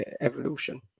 evolution